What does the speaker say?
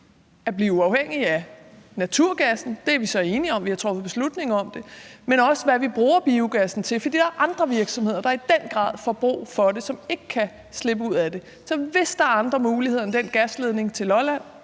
at blive uafhængig af naturgassen – det er vi så enige om, og vi har truffet beslutning om det – men det er også vigtigt at se på, hvad vi bruger biogassen til, for der er andre virksomheder, der i den grad får brug for det, som ikke kan slippe ud af det. Så hvis der er andre muligheder end den gasledning til Lolland